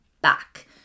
back